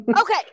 Okay